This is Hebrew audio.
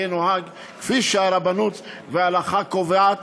יהיה נוהג כפי שהרבנות וההלכה קובעת.